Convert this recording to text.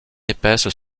épaisses